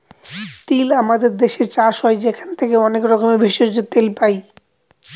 তিল আমাদের দেশে চাষ হয় সেখান থেকে অনেক রকমের ভেষজ, তেল পাই